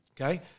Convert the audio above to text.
Okay